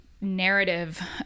narrative